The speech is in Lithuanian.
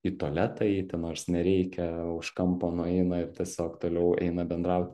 į tualetą eiti nors nereikia už kampo nueina ir tiesiog toliau eina bendraut